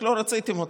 רק לא רציתם אותו.